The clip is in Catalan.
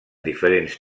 diferents